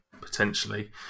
potentially